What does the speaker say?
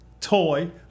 toy